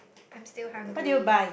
I'm still hungry